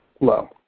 low